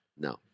No